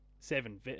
seven